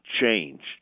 changed